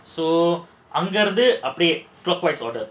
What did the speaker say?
so அங்க இருந்து அப்டியே:anga irunthu apdiyae clockwise order